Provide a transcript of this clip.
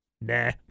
nah